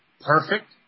perfect